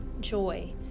joy